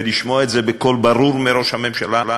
ולשמוע את זה בקול ברור מראש הממשלה: